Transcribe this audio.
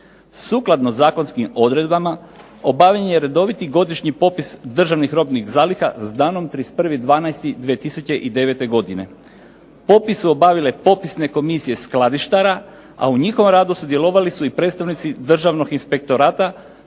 Sukladno zakonskim odredbama obavljen je redoviti godišnji popis državnih robnih zaliha s danom 31.12.2009. godine. Popis su obavile popisne komisije skladištara, a u njihovom radu sudjelovali su i predstavnici Državnog inspektorata,